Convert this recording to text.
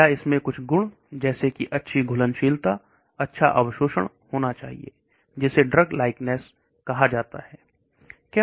या इसमें कुछ गुण ऐसे की अच्छी घुलनशील था अच्छा अवशोषण होना चाहिए जिसे ड्रग समानता गुण कहा जाता है